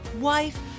wife